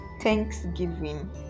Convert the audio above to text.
Thanksgiving